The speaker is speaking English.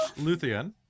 Luthien